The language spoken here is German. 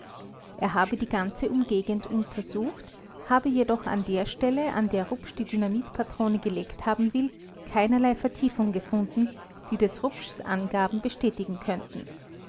er habe die ganze umgegend untersucht habe jedoch an der stelle an der rupsch die dynamitpatrone gelegt haben will keinerlei vertiefung gefunden die des rupschs angaben bestätigen könnten